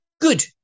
Good